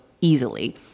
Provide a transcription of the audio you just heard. easily